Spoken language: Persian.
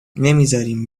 نمیزارین